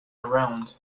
around